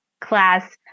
class